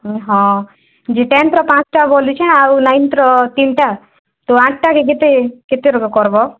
ଅଁ ହଁ ଯେ ଟେନ୍ଥର ପାଞ୍ଚଟା ବୋଲୁଛେଁ ଆଉ ନାଇଁନଥର ତିନିଟା ତ ଆଠ୍ଟାକେ କେତେ କେତେ ଟଙ୍କା କରବ